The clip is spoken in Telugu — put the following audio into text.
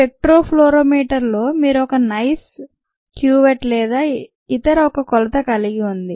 స్పెక్ట్రోఫ్లోరిమీటర్ లో మీరు ఒక nice cuvette లేదా ఇతర ఒక కొలత కలిగిఉంది